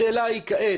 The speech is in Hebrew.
השאלה היא כעת,